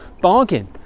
bargain